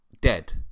dead